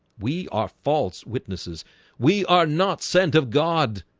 we are false witnesses we are not sent of god.